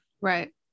Right